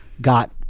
got